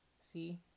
see